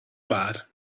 bad